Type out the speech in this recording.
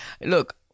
Look